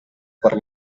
per